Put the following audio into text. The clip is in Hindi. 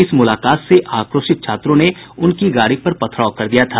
इस मुलाकात से आक्रोशित छात्रों ने उनकी गाड़ी पर पथराव कर दिया था